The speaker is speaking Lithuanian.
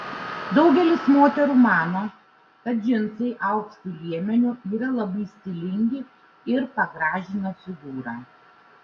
daugelis moterų mano kad džinsai aukštu liemeniu yra labai stilingi ir pagražina figūrą